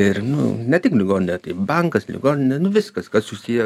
ir nu ne tik ligoninė tai bankas ligoninė nu viskas kas susiję